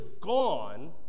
gone